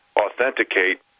authenticate